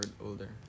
older